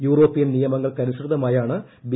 European നിയമങ്ങൾക്കനുസൃതമായാണ് B